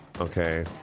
okay